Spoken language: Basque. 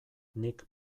nik